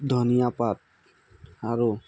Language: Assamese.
ধনিয়া পাত আৰু